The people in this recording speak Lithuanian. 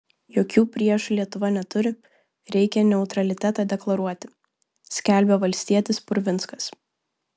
jokių priešų lietuva neturi reikia neutralitetą deklaruoti skelbė valstietis purvinskas